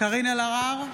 קארין אלהרר,